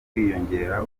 kwiyongera